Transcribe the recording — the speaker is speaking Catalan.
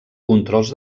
controls